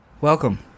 Welcome